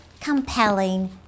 compelling